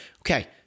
Okay